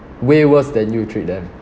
way worse than you treat them